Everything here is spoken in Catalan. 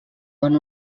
bon